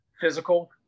physical